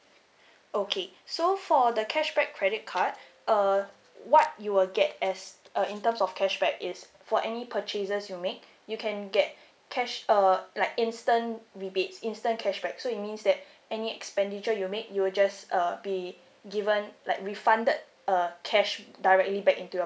okay so for the cashback credit card uh what you will get as uh in terms of cashback is for any purchases you make you can get cash uh like instant rebates instant cashback so it means that any expenditure you make you will just uh be given like refunded uh cash directly back into your